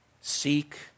seek